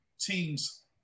teams